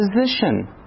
position